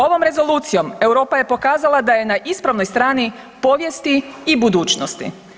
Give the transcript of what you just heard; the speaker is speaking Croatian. Ovom rezolucijom Europa je pokazala da je na ispravnoj strani povijesti i budućnosti.